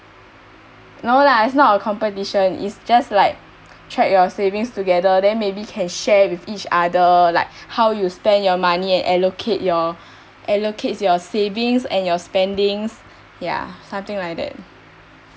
no lah is not a competition is just like track your savings together then maybe can share with each other like how you spend your money and allocate your allocates your savings and your spendings ya something like that